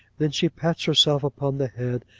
then she pats herself upon the head,